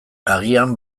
agian